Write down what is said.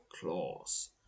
claws